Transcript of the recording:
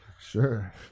sure